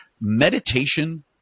meditation